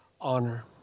honor